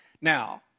Now